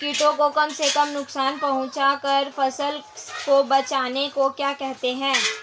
कीटों को कम से कम नुकसान पहुंचा कर फसल को बचाने को क्या कहते हैं?